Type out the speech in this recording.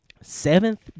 Seventh